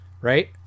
Right